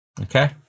Okay